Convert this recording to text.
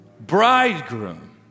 bridegroom